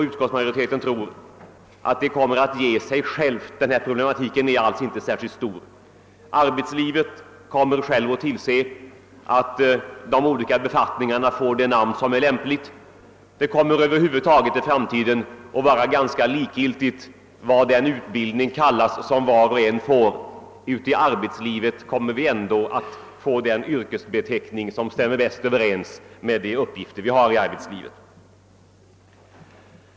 Utskottsmajoriteten tror inte att detta problem är särskilt stort, utan lösningen kommer att ge sig själv. Näringslivet kommer säkert att tillse att de olika befattningarna får de benämningar som är lämpliga. Det kommer över huvud taget att i framtiden vara ganska likgiltigt vad den utbildning kallas som var och en får; i arbetslivet kommer vi ändå att få den yrkesbeteckning som stämmer bäst överens med de uppgifter vi har att utföra.